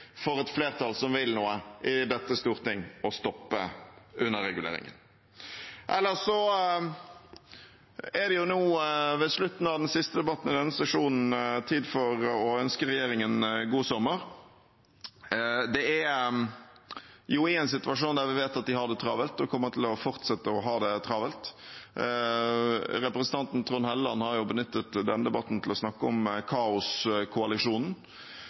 for et flertall som vil noe i dette storting, å stoppe underreguleringen. Ellers er det nå ved slutten av den siste debatten i denne sesjonen tid for å ønske regjeringen god sommer. De er jo i en situasjon der vi vet at de har det travelt og kommer til å fortsette å ha det travelt. Representanten Trond Helleland har benyttet denne debatten til å snakke om kaoskoalisjonen.